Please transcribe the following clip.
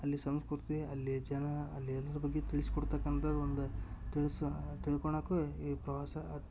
ಅಲ್ಲಿ ಸಂಸ್ಕೃತಿ ಅಲ್ಲಿಯ ಜನ ಅಲ್ಲಿ ಎಲ್ರ ಬಗ್ಗೆ ತಿಳಿಸ್ಕೊಡತಕ್ಕಂಥ ಒಂದ ತಿಳ್ಸ ತಿಳ್ಕೊಣಾಕು ಈ ಪ್ರವಾಸ ಅತ್ಯಾ